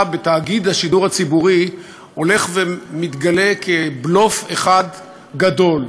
בתאגיד השידור הציבורי הולך ומתגלה כבלוף אחד גדול.